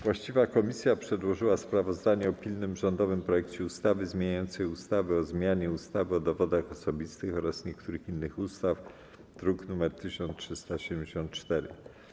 Właściwa komisja przedłożyła sprawozdanie o pilnym rządowym projekcie ustawy zmieniającej ustawę o zmianie ustawy o dowodach osobistych oraz niektórych innych ustaw, druk nr 1374.